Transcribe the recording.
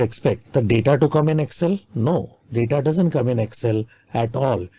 expect the data to come in excel. no data doesn't come in excel at all.